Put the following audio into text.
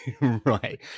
Right